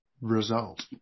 result